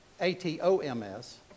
A-T-O-M-S